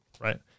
right